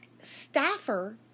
staffer